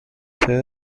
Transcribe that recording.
sede